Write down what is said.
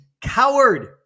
coward